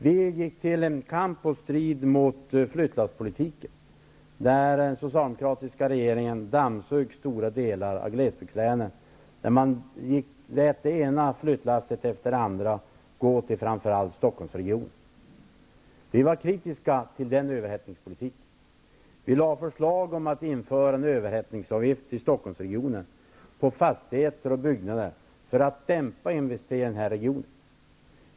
Vi gick till kamp mot flyttlasspolitiken, när den socialdemokratiska regeringen dammsög stora delar av glesbygdslänen, när man lät det ena flyttlasset efter det andra gå till framför allt Stockholmsregionen. Vi var kritiska till den överhettningspolitiken. Vi lade fram förslag om att införa en överhettningsavgift i Stockholmsregionen på fastigheter och byggnader, för att dämpa investeringarna här.